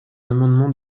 amendement